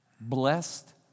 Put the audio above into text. Blessed